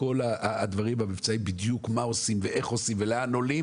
וכל הדברים המבצעיים של בדיוק מה עושים ואיך עושים ולאן עולים